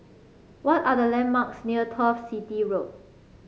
what are the landmarks near Turf City Road